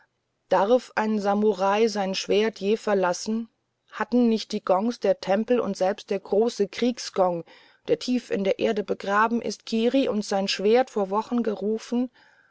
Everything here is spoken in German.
darf je ein samurai sein schwert verlassen hatten nicht die gongs der tempel und selbst der große kriegsgong der tief in der erde begraben ist kiri und sein schwert vor wochen gerufen